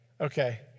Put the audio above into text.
Okay